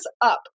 up